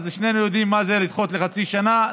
ושנינו יודעים מה זה לדחות בחצי שנה.